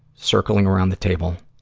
circling around the table.